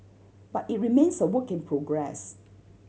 but it remains a work in progress